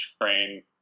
train